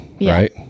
Right